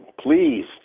pleased